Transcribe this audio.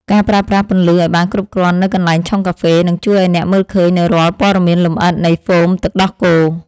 ការប្រើប្រាស់ពន្លឺឱ្យបានគ្រប់គ្រាន់នៅកន្លែងឆុងកាហ្វេ នឹងជួយឱ្យអ្នកមើលឃើញនូវរាល់ព័ត៌មានលម្អិតនៃហ្វូមទឹកដោះគោ។